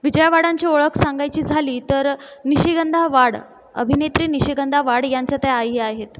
विजया वाडांची ओळख सांगायची झाली तर निशिगंदा वाड अभिनेत्री निशिगंदा वाड त्यांच्या त्या आई आहेत